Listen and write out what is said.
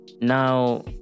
Now